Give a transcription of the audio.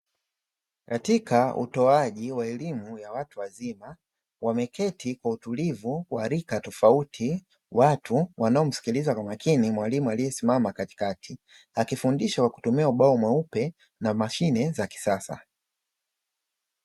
Katika utoaji wa elimu ya watu wazima wameketi kwa utulivu wa rika tofauti watu wanaomsikiliza kwa makini mwalimu aliyesimama katikati, akifundisha kwa kutumia ubao mweupe na mashine za kisasa.